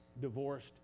divorced